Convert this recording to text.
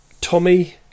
Tommy